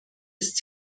ist